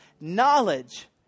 knowledge